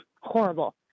horrible